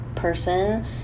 person